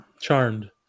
Charmed